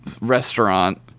restaurant